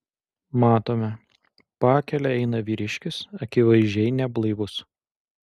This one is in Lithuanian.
matome pakele eina vyriškis akivaizdžiai neblaivus